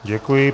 Děkuji.